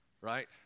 right